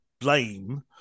blame